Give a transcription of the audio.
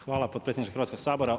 Hvala potpredsjedniče Hrvatskog sabora.